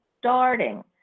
starting